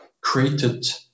created